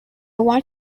want